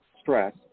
stress